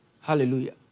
Hallelujah